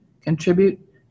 contribute